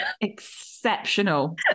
exceptional